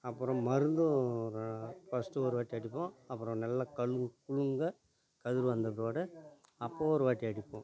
அப்புறம் மருந்தும் ஃபஸ்ட்டு ஒருவாட்டி அடிப்போம் அப்புறம் நல்லா கல்லு குலுங்க கல் வந்த பிற்பாடு அப்போ ஒருவாட்டி அடிப்போம்